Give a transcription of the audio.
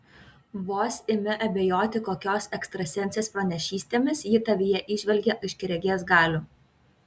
vos imi abejoti kokios ekstrasensės pranašystėmis ji tavyje įžvelgia aiškiaregės galių